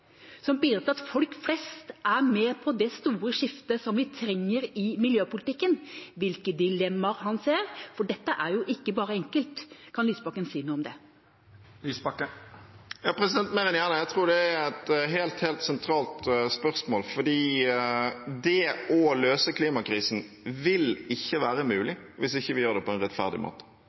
som bidrar til at folk flest er med på det store skiftet vi trenger i miljøpolitikken, og hvilke dilemmaer han ser. For dette er jo ikke bare enkelt. Kan Lysbakken si noe om det? Mer enn gjerne. Jeg tror dette er et helt sentralt spørsmål, for det å løse klimakrisen vil ikke være mulig hvis vi ikke gjør det på en rettferdig måte.